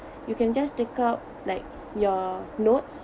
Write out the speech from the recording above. you can just take out like your notes